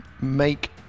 make